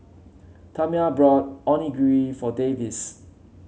Tamya bought Onigiri for Davis